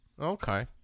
Okay